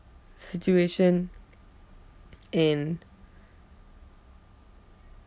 situation in